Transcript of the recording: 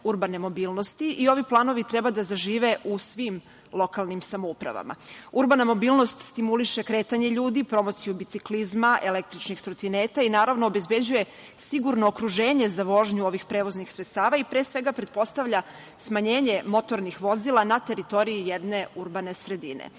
urbane mobilnosti i ovi planovi treba da zažive u svim lokalnim samoupravama. Urbana mobilnost stimuliše kretanje ljudi, promociju biciklizma, električnih trotineta i, naravno, obezbeđuje sigurno okruženje za vožnju ovih prevoznih sredstava i, pre svega, pretpostavlja smanjenje motornih vozila na teritoriji jedne urbane